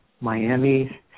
Miami